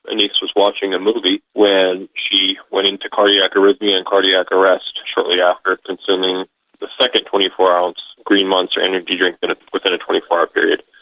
and was watching a movie when she went into cardiac arrhythmia and cardiac arrest, shortly after consuming the second twenty four ounce green monster energy drink but ah within a twenty four hour period.